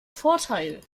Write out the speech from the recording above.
vorteil